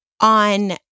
on